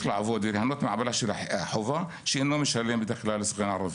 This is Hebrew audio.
ליהנות מהעמלה של החובה שאינו משלם בדרך כלל לסוכן הערבי.